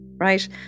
right